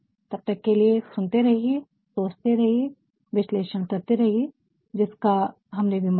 तब तक के लिए सुनते रहिए सोचते रहिए विश्लेषण करते रहिए जिसका हमने विमर्श किया